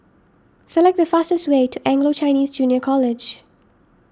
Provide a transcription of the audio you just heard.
select the fastest way to Anglo Chinese Junior College